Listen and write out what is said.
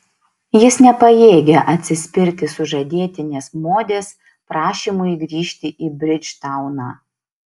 jis nepajėgia atsispirti sužadėtinės modės prašymui grįžti į bridžtauną